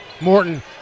Morton